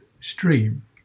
stream